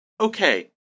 Okay